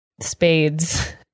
Spade's